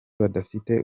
badafite